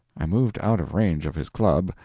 i moved out of range of his club,